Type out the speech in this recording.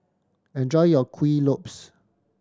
enjoy your Kuih Lopes